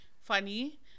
funny